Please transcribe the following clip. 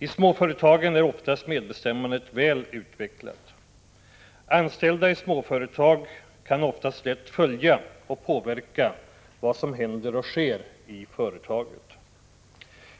I småföretagen är oftast medbestämmandet väl utvecklat. Anställda i småföretag kan oftast lätt följa och påverka vad som händer och sker i företaget.